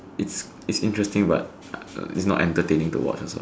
it's it's interesting but it's also not entertaining to watch also